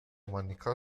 مانیکا